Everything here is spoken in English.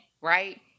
right